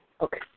Okay